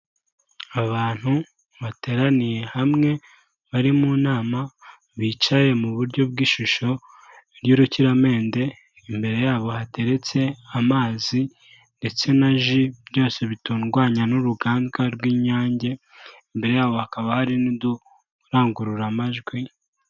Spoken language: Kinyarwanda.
Abantu bateraniye hamwe bari mu nama bicaye mu buryo bw'ishusho y'urukiramende, imbere yabo hateretse amazi ndetse na ji, byose bitunganywa n'uruganda rw'Inyange, imbere yabo hakaba hari uturangururamajwi.